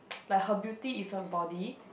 like her beauty is the body